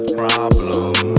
problem